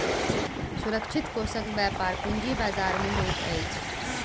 सुरक्षित कोषक व्यापार पूंजी बजार में होइत अछि